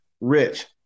Rich